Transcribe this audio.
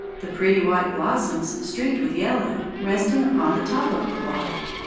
the pretty white blossoms streaked with yellow resting upon the top of the water.